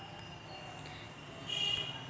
April May मध्ये गांजाची काढणी केली जाते